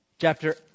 Chapter